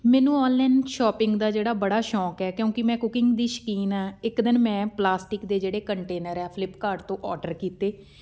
ਮੈਨੂੰ online shopping ਦਾ ਜਿਹੜਾ ਬੜਾ ਸ਼ੌਕ ਹੈ ਕਿਉਂਕਿ ਮੈਂ ਕੁਕਿੰਗ ਦੀ ਸ਼ੌਕੀਨ ਹਾਂ ਇੱਕ ਦਿਨ ਮੈਂ ਪਲਾਸਟਿਕ ਦੇ ਜਿਹੜੇ ਕੰਟੇਨਰ ਹੈ ਫਲਿੱਪਕਾਰਡ ਤੋਂ ਔਡਰ ਕੀਤੇ